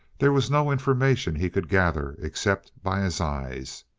there was no information he could gather except by his eyes.